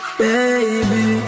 baby